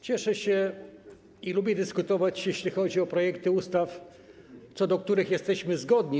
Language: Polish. Cieszę się i lubię dyskutować, jeśli chodzi o projekty ustaw, co do których jesteśmy zgodni.